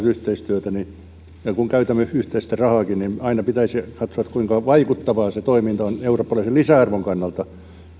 yhteistyötä ja kun käytämme yhteistä rahaakin niin aina pitäisi katsoa kuinka vaikuttavaa se toiminta on eurooppalaisen lisäarvon kannalta